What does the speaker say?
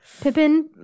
Pippin